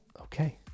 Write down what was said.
Okay